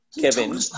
Kevin